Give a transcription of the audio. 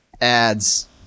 ads